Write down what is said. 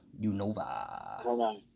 Unova